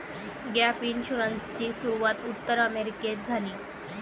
gap इन्शुरन्सची सुरूवात उत्तर अमेरिकेत झाली